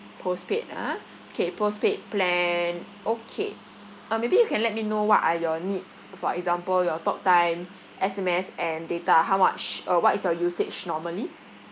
postpaid ah K postpaid plan okay uh maybe you can let me know what are your needs for example your talktime S_M_S and data how much uh what is your usage normally